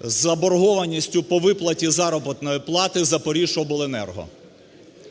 з заборгованістю по виплаті заробітної плати "Запоріжжяобленерго".